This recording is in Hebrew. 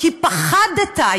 כי פחדת,